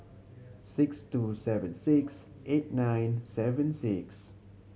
six two seven six eight nine seven six